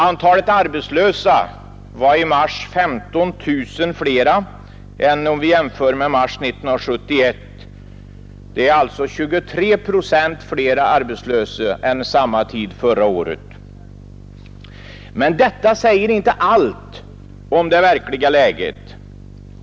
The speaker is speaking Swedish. Antalet arbetslösa var i mars 15 000 fler än i mars 1971. Det är alltså 23 procent fler arbetslösa än vid samma tidpunkt förra året. Men detta säger inte allt om det verkliga läget.